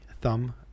thumb